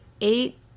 eight